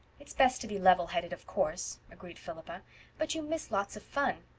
it's best to be levelheaded, of course, agreed philippa, but you miss lots of fun.